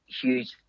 Huge